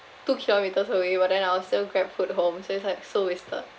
two kilometres away but then I will still grab food home so it's like so wasted